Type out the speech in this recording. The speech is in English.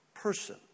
person